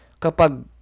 Kapag